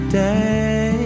day